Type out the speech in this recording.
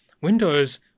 Windows